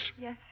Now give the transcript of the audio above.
Yes